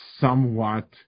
somewhat